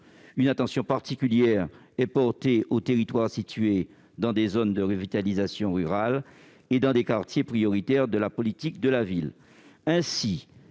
Une attention particulière est portée aux territoires situés dans des zones de revitalisation rurale et dans des quartiers prioritaires de la politique de la ville.